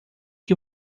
que